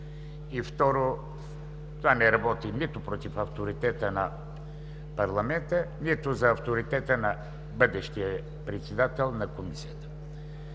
и, второ, това не работи нито за авторитета на парламента, нито за авторитета на бъдещия председател на Комисията.